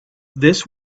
this